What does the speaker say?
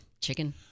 Chicken